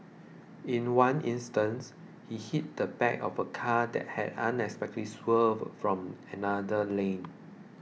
in one instance he hit the back of a car that had unexpectedly swerved from another lane